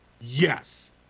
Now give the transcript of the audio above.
Yes